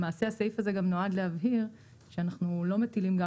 למעשה הסעיף הזה גם נועד להבהיר שאנחנו לא מטילים גם